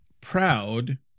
proud